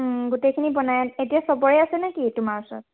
গোটেইখিনি বনাই এতিয়া চবৰে আছে নে কি তোমাৰ ওচৰত